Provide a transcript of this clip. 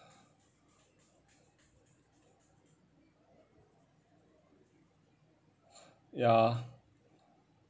ya